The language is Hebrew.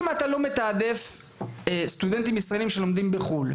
אם אתה לא מתעדף סטודנטים ישראלים שלומדים בחו"ל,